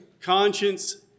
Conscience